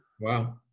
Wow